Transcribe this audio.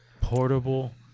Portable